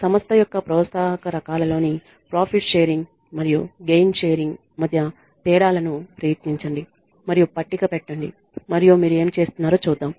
సంస్థ యొక్క ప్రోత్సాహక రకాలలోని ప్రాఫిట్ షేరింగ్ మరియు గేయిన్ షేరింగ్ మధ్య తేడాలను ప్రయత్నించండి మరియు పట్టిక పెట్టండి మరియు మీరు ఏమి చేస్తున్నారో చూద్దాం